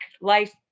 life